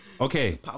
Okay